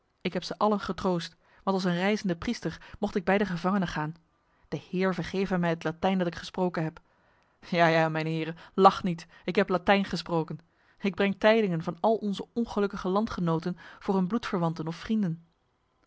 ik heb ze allen getroost want als een reizende priester mocht ik bij de gevangenen gaan de heer vergeve mij het latijn dat ik gesproken heb ja ja mijne heren lacht niet ik heb latijn gesproken ik breng tijdingen van al onze ongelukkige landgenoten voor hun bloedverwanten of vrienden